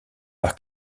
par